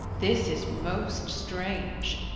this is most strange,